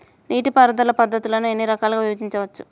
నీటిపారుదల పద్ధతులను ఎన్ని రకాలుగా విభజించవచ్చు?